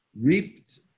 reaped